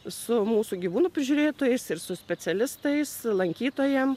su mūsų gyvūnų prižiūrėtojais ir su specialistais lankytojam